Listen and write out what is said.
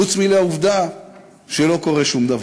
חוץ מלעובדה שלא קורה שום דבר.